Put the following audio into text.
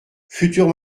future